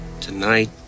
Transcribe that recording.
Tonight